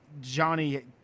Johnny